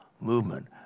movement